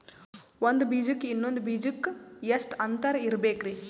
ಒಂದ್ ಬೀಜಕ್ಕ ಇನ್ನೊಂದು ಬೀಜಕ್ಕ ಎಷ್ಟ್ ಅಂತರ ಇರಬೇಕ್ರಿ?